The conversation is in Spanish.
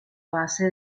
base